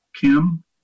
Kim